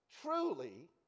truly